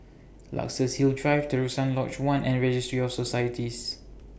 Luxus Hill Drive Terusan Lodge one and Registry of Societies